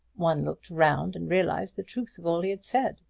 one looked round and realized the truth of all he had said.